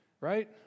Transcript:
right